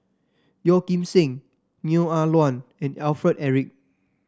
Yeo Kim Seng Neo Ah Luan and Alfred Eric